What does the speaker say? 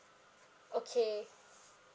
okay